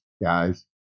Guys